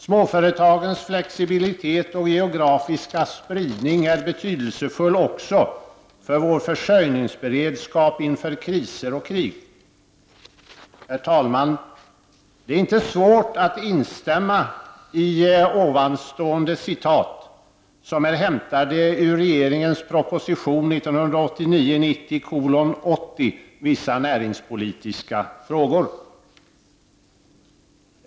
Småföretagens flexibilitet och geografiska spridning är betydelsefull också för vår försörjningsberedskap inför kriser och krig. Herr talman! Det är inte svårt att instämma i ovanstående som är hämtade från regeringens proposition 1989/90:80 Vissa näringspolitiska frågor.